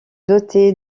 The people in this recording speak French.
doté